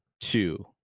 two